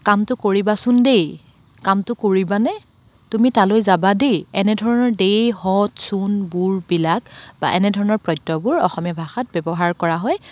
কামটো কৰিবাচোন দেই কামটো কৰিবানে তুমি তালৈ যাবা দেই এনেধৰণৰ দেই হঁত চোন বোৰ বিলাক বা এনেধৰণৰ প্ৰত্যয়বোৰ অসমীয়া ভাষাত ব্যৱহাৰ কৰা হয়